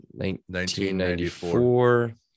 1994